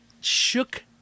shook